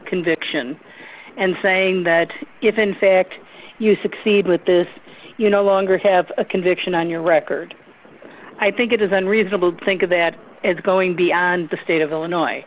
conviction and saying that if in fact you succeed with this you no longer have a conviction on your record i think it is unreasonable to think of that as going beyond the state of illinois